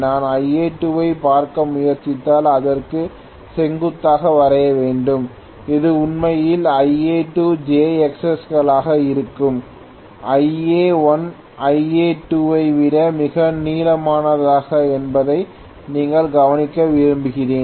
நான் Ia2 ஐப் பார்க்க முயற்சித்தால் இதற்கு செங்குத்தாக வரைய வேண்டும் இது உண்மையில் Ia2jXs களாக இருக்கும் Ia1 Ia2 ஐ விட மிக நீளமானது என்பதை நீங்கள் கவனிக்க விரும்புகிறேன்